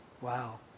Wow